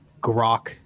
grok